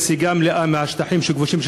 שהוא לא יכול להמשיך להגן על ישראל כל עוד אין